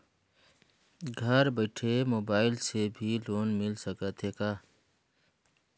घर बइठे मोबाईल से भी लोन मिल सकथे का?